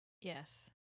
Yes